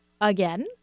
Again